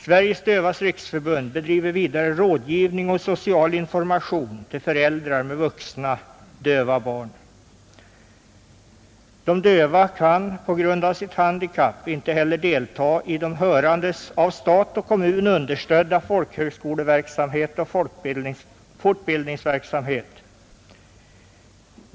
Sveriges dövas riksförbund bedriver vidare rådgivning och social information till föräldrar med vuxna döva barn. De döva kan på grund av sitt handikapp inte heller delta i de hörandes av stat och kommun understödda = folkhögskoleverksamhet och = folkbildningsverksamhet.